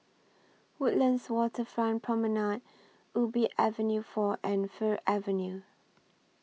Woodlands Waterfront Promenade Ubi Avenue four and Fir Avenue